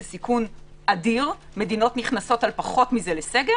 שזה סיכון אדיר מדינות נכנסות על פחות מזה לסגר